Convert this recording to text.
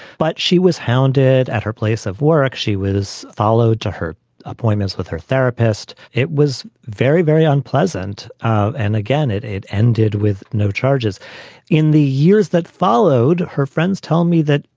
but she was hounded at her place of work. she was followed to her appointments with her therapist. it was very, very unpleasant. and again, it it ended with no charges in the years that followed. her friends told me that,